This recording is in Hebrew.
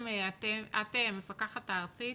את המפקחת הארצית